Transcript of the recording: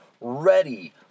ready